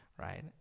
right